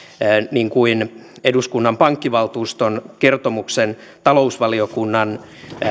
niin kuin eduskunnan pankkivaltuuston kertomuksen talousvaliokunnan